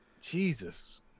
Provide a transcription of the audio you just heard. Jesus